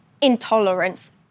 intolerance